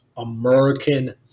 American